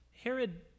Herod